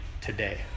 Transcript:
today